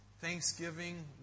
thanksgiving